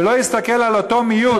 ולא יסתכל על אותו מיעוט,